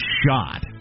shot